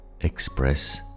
express